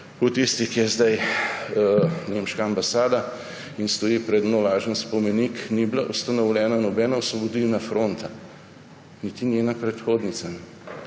v tisti, kjer je zdaj nemška ambasada in stoji pred njo lažen spomenik, ni bila ustanovljena nobena osvobodilna fronta, niti njena predhodnica